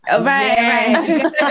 Right